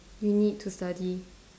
you need to study